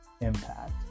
impact